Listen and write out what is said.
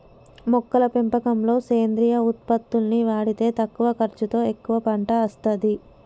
మొక్కల పెంపకంలో సేంద్రియ ఉత్పత్తుల్ని వాడితే తక్కువ ఖర్చుతో ఎక్కువ పంట అస్తది